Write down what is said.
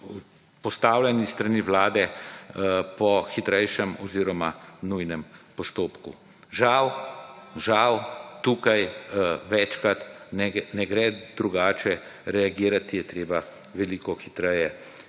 postavljeni s strani Vlade, po hitrejšem oziroma nujnem postopku. Žal – žal – tukaj večkrat ne gre drugače, reagirati je treba veliko hitreje,